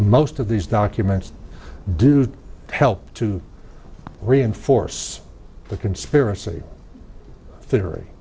most of these documents do help to reinforce the conspiracy theory